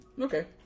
Okay